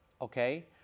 okay